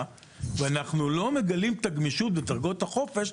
ואנחנו לא מגלים את הגמישות בדרגות החופש,